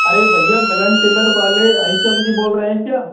अरे भईया मिलन टेलर वाले हरी चंद जी बोल रहे हैं क्या